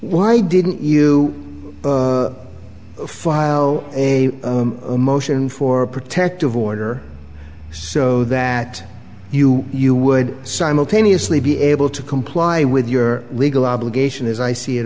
why didn't you file a motion for a protective order so that you you would simultaneously be able to comply with your legal obligation as i see it